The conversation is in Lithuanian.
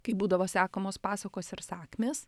kai būdavo sekamos pasakos ir sakmės